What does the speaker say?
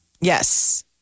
Yes